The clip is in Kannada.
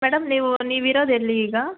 ಮೇಡಮ್ ನೀವು ನೀವಿರೋದೆಲ್ಲಿ ಈಗ